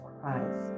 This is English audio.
Christ